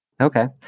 Okay